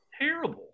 terrible